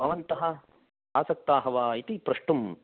भवन्तः आसक्ताः वा इति प्रष्टुं